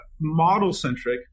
model-centric